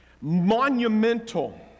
monumental